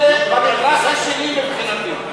אלה במפלס השני מבחינתי.